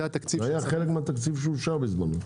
זה היה חלק מהתקציב שאושר בזמנו.